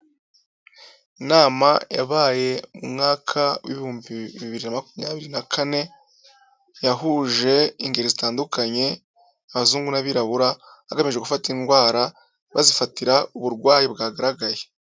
Inama yabaye mwaka w'ibihumbi bibiri na makumyabiri na kane, yahuje ingeri zitandukanye, abazungu n'abirabura, hagamijwe gufata indwara, bazifatira uburwayi bwagaragaye.